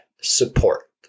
support